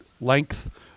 length